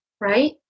right